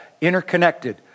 interconnected